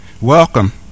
Welcome